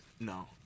No